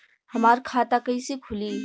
हमार खाता कईसे खुली?